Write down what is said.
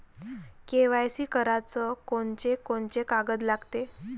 KYC कराच कोनचे कोनचे कागद लागते?